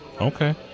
Okay